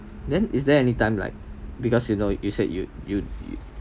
then is there anytime like because you know you said you you you